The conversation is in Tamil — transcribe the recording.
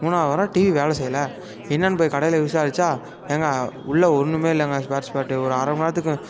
மூணாவது வாரம் டிவி வேலை செய்யலை என்னன்னு போய் கடையில விசாரித்தா ஏங்க உள்ளே ஒன்றுமே இல்லைங்க ஸ்பேர் பார்ட்டு ஒரு அரை மணி நேரத்துக்கும்